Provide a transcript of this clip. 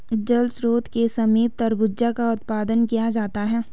जल स्रोत के समीप तरबूजा का उत्पादन किया जाता है